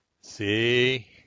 See